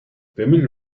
woman